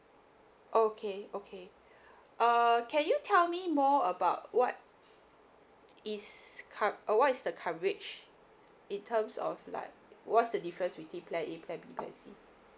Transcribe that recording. okay okay uh can you tell me more about what is cov~ uh what is the coverage in terms of like what's the difference between plan A plan B plan C